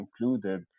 included